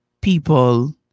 people